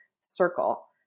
circle